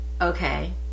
Okay